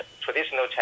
traditional